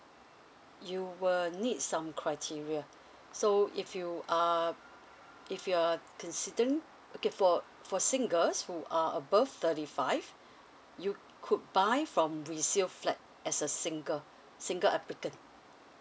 you will need some criteria so if you are if you're a considen~ okay for for singles who are above thirty five you could buy from resale flat as a single single applicant